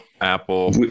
Apple